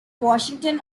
washington